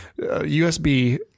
USB